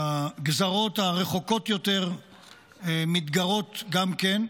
הגזרות הרחוקות יותר מתגרות גם כן.